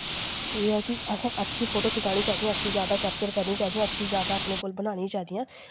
एह् ऐ कि असें अच्छी फोटो खचानी चाहिदियां अच्छी यादां कैप्चर करनियां चाहिदियां अच्छी यादां अपने कोल बनानियां चाहिदियां